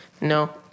no